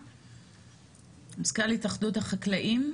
מזכ"ל התאחדות חקלאי ישראל,